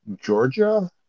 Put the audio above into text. Georgia